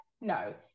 no